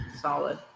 solid